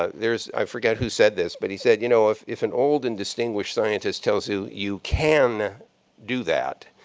ah there is i forget who said this, but he said, you know, if if an old and distinguished scientist tells you you can do that,